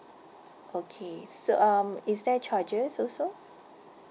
okay so um is there charges also